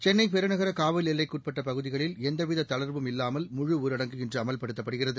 சென்னைப் பெருநகர காவல் எல்லைக்குட்பட்ட பகுதிகளில் எந்தவித தளர்வும் இல்லாமல் முழுஊரடங்கு இன்று அமல்படுத்தப்படுகிறது